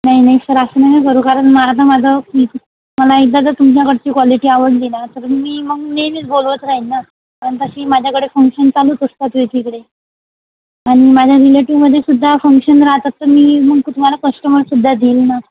नाही नाही सर असं नका करू कारण माझं माझं मी मला एकदा जर तुमच्याकडची क्वालिटी आवडली ना तर मी मग मी नेहमीच बोलवत राहीन ना आणि तशी माझ्याकडे नेहमीच फंक्शन चालूच असतात एकीकडे आणि माझ्या रिलेटिव्हमध्ये सुद्धा फंक्शन राहतात तर मी मग तुम्हाला कस्टमरसुद्धा देईल ना